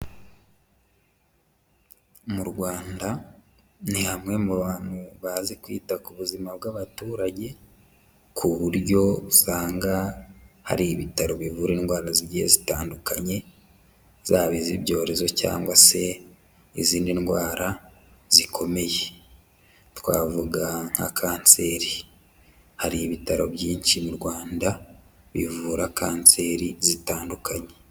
Mu Rwanda ni hamwe mu hantu bazi kwita ku buzima bw'abaturage ku buryo usanga hari ibitaro bivura indwara zigiye zitandukanye, zaba iz'ibyorezo cyangwa se izindi ndwara zikomeye. Twavuga nka kanseri. Hari ibitaro byinshi mu Rwanda bivura kanseri zitandukanye.